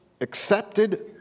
accepted